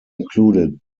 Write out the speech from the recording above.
included